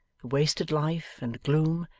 the wasted life, and gloom,